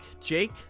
Jake